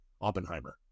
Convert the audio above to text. Oppenheimer